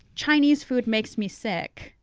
chinese food makes me sick.